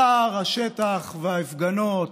שר השטח וההפגנות,